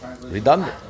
redundant